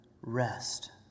rest